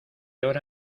hora